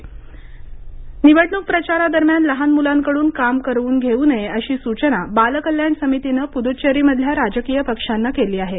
पुदुच्चेरी निवडणूक निवडणूक प्रचारादरम्यान लहान मुलांकडून काम करवून घेऊ नये अशी सूचना बालकल्याण समितीनं पुदुच्चेरीमधल्या राजकीय पक्षांना केली आहे